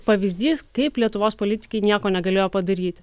pavyzdys kaip lietuvos politikai nieko negalėjo padaryti